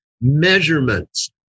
measurements